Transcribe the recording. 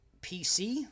PC